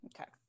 Okay